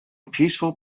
peaceful